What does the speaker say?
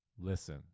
listen